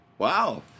Wow